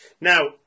Now